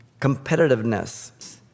competitiveness